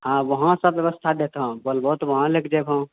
हँ वहाँ सब व्यवस्था दैतहुँ बोलबो तऽ वहाँ लयऽ के जैबोन्ह